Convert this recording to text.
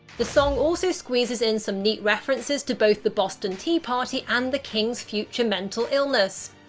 the song also squeezes in some neat references to both the boston tea party and the king's future mental illness.